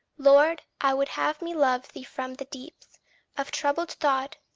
lord, i would have me love thee from the deeps of troubled thought,